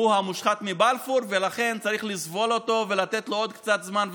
והוא המושחת מבלפור ולכן צריך לסבול אותו ולתת לו עוד קצת זמן.